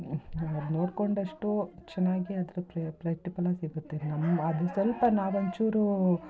ಅದು ನೋಡಿಕೊಂಡಷ್ಟು ಚೆನ್ನಾಗಿ ಅದ್ರ ಪ್ರತಿಫಲ ಸಿಗುತ್ತೆ ನಮ್ಮ ಅದು ಸ್ವಲ್ಪ ನಾವೊಂದು ಚೂರು